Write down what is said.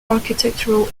architectural